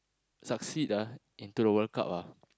succeed into the World-Cup